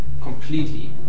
completely